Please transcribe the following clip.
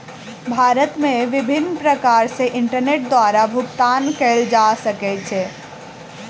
भारत मे विभिन्न प्रकार सॅ इंटरनेट द्वारा भुगतान कयल जा सकै छै